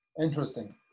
Interesting